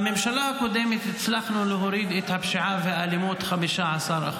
בממשלה הקודמת הצלחנו להוריד את הפשיעה והאלימות ב-15%.